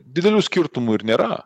didelių skirtumų ir nėra